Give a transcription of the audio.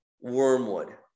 wormwood